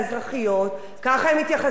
ככה הם מתייחסים לתקשורת,